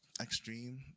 extreme